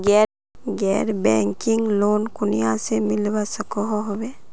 गैर banking loan कुनियाँ से मिलवा सकोहो होबे?